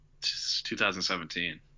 2017